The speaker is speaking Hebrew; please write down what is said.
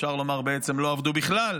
אפשר לומר, בעצם: לא עבדו בכלל.